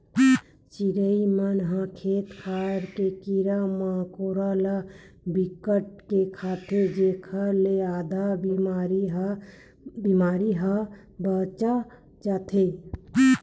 चिरई मन ह खेत खार के कीरा मकोरा ल बिकट के खाथे जेखर ले आधा बेमारी ह बाच जाथे